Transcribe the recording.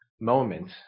moment